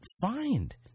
find